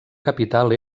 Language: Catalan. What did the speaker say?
capital